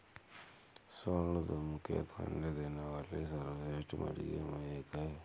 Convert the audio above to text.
स्वर्ण धूमकेतु अंडे देने वाली सर्वश्रेष्ठ मुर्गियों में एक है